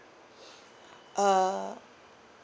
uh